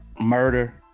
Murder